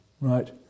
right